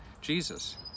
Jesus